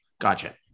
gotcha